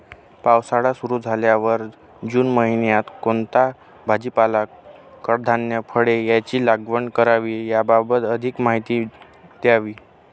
पावसाळा सुरु झाल्यावर जून महिन्यात कोणता भाजीपाला, कडधान्य, फळे यांची लागवड करावी याबाबत अधिक माहिती द्यावी?